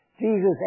Jesus